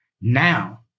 Now